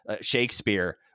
Shakespeare